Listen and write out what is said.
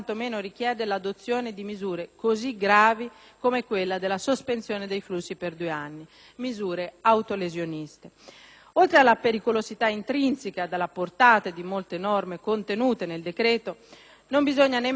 così gravi come quella della sospensione dei flussi per due anni: sono misure autolesioniste. Oltre alla pericolosità intrinseca della portata di molte norme contenute nel provvedimento, non bisogna nemmeno sottovalutare il clima in